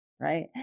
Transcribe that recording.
right